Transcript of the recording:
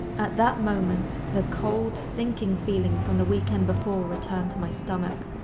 at that moment, the cold, sinking feeling from the weekend before returned to my stomach.